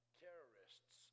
terrorists